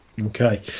Okay